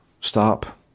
stop